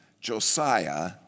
Josiah